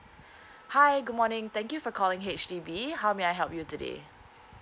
hi good morning thank you for calling H_D_B how may I help you today